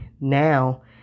now